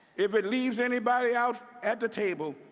if it leaves anybody out at the table.